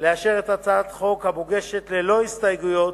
לאשר את הצעת החוק, המוגשת ללא הסתייגויות,